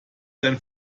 sein